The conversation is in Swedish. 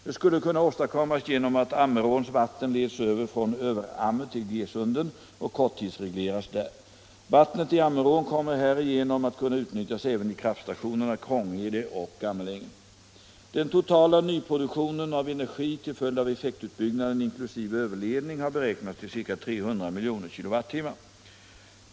Det skulle kunna åstadkommas genom att Ammeråns vatten leds över från Överammer till Gesunden och korttidsregleras där. Vattnet i Ammerån kommer härigenom att kunna utnyttjas även i kraftstationerna Krångede och Gammalänge. Den totala nyproduktionen av energi till följd av effektutbyggnaden inkl. överledning har beräknats till ca 300 miljoner kilowattimmar. "